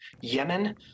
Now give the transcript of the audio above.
Yemen